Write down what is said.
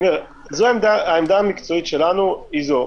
העמדה המקצועית שלנו היא זו.